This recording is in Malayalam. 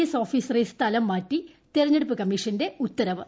എസ് ഓഫീസറെ സ്ഥലം മാറ്റി തെരഞ്ഞെടുപ്പ് കമ്മീഷന്റെ ഉത്തരവ്